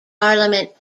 parliament